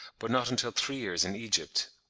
but not until three years in egypt.